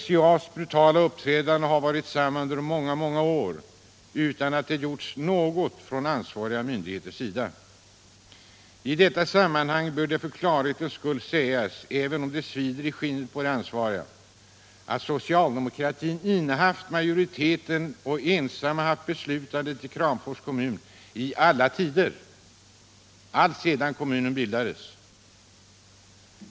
SCA:s brutala uppträdande har varit detsamma under många många år utan att det gjorts något från ansvariga myndigheters sida. I detta sammanhang bör det för klarhetens skull sägas —- även om det svider i skinnet på de ansvariga — att socialdemokratin innehaft majoriteten och ensam haft beslutsrätten i Kramfors kommun i alla tider alltsedan kommunen bildades.